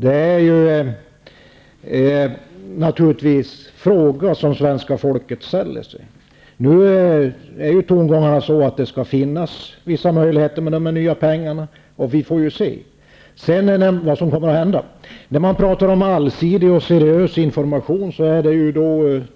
Det är en fråga som svenska folket ställer sig. Enligt dagens tongångar skall det finnas vissa möjligheter att få del av de nya pengarna. Vi får se vad som kommer att hända. Det är